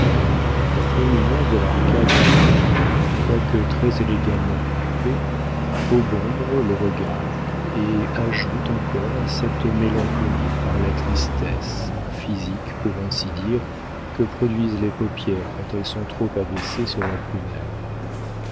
la proéminence de l'arcade de l'œil quoique très élégamment coupée obombre le regard et ajoute encore à cette mélancolie par la tristesse physique pour ainsi dire que produisent les paupières quand elles sont trop abaissées sur la prunelle